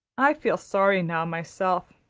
i feel sorry now myself,